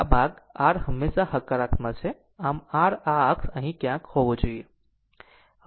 હવે જો તમે આ ભાગ R હંમેશા હકારાત્મક છે આમ R આ અક્ષ પર અહીં ક્યાંક હોવો જોઈએ